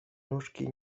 nóżki